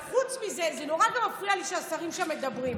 אבל חוץ מזה, זה נורא מפריע לי שהשרים שם מדברים.